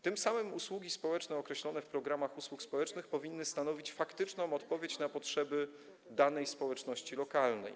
Tym samym usługi społeczne określone w programach usług społecznych powinny stanowić faktyczną odpowiedź na potrzeby danej społeczności lokalnej.